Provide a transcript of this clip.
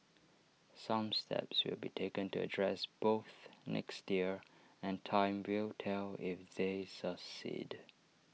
some steps will be taken to address both next year and time will tell if they succeed